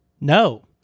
No